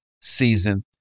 season